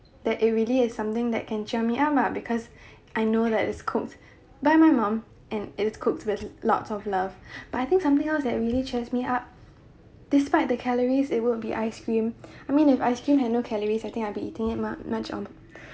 that it really is something that can cheer me up mah because I know that is cooked by my mom and it is cooked with lots of love but I think something else that really cheers me up despite the calories it won't be ice cream I mean if ice cream had no calories I think I'll be eating it ma~ much on